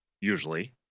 usually